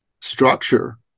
structure